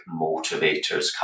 motivators